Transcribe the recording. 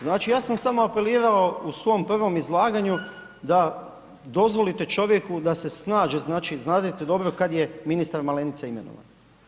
Znači ja sam samo apelirao u svom prvom izlaganju da dozvolite čovjeku da se snađe, znači znadete dobro kad ministar Malenica imenovan.